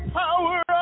power